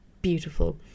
Beautiful